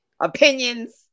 Opinions